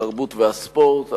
התרבות והספורט.